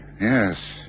Yes